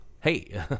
hey